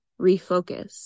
refocus